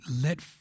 Let